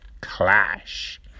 Clash